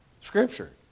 Scripture